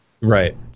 right